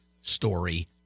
story